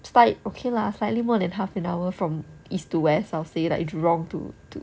it's like okay lah slightly more than half an hour from east to west I'll say like jurong to to